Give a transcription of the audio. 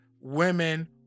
women